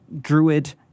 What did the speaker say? druid